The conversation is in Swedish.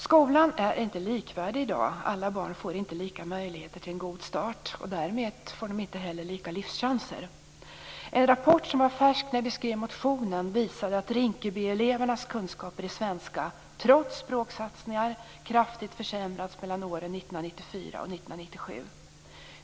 Skolan är inte likvärdig i dag. Alla barn får inte lika möjligheter till en god start. Därmed får de heller inte lika livschanser. En rapport som var färsk när vi skrev motionen visade att Rinkebyelevernas kunskaper i svenska trots språksatsningar kraftigt försämrats mellan åren 1994 och 1997.